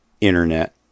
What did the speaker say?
internet